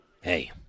hey